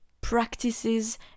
practices